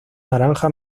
naranja